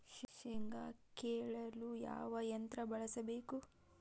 ಶೇಂಗಾ ಕೇಳಲು ಯಾವ ಯಂತ್ರ ಬಳಸಬೇಕು?